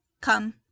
come